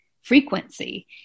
frequency